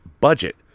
budget